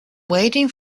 waiting